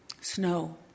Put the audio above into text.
Snow